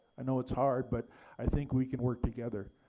i know it's hard but i think we can work together.